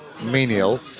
menial